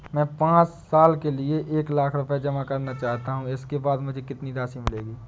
मैं पाँच साल के लिए एक लाख रूपए जमा करना चाहता हूँ इसके बाद मुझे कितनी राशि मिलेगी?